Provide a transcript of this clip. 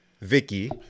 Vicky